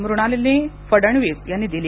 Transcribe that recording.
मुणालिनी फडणवीस यांनी दिली